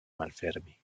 malfermi